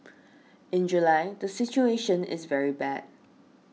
in July the situation is very bad